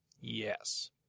Yes